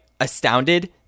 astounded